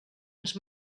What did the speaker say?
ens